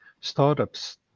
startups